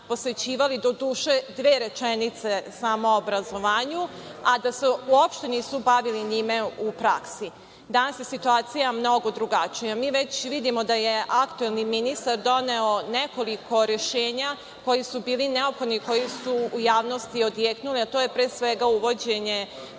posvećivali, doduše, dve rečenice samo o obrazovanju, a da se uopšte nisu bavili njime u praksi. Danas je situacija mnogo drugačija. Mi već vidimo da je aktuelni ministar doneo nekoliko rešenja, koji su bili neophodni, koji su u javnosti odjeknuli, a to je, pre svega, uvođenje